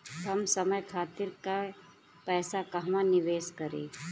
कम समय खातिर के पैसा कहवा निवेश करि?